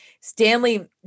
Stanley